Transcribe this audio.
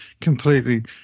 completely